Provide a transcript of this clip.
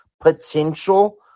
potential